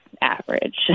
average